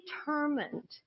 determined